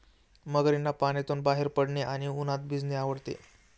मगरींना पाण्यातून बाहेर पडणे आणि उन्हात भिजणे आवडते